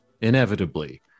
inevitably